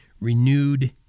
renewed